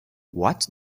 what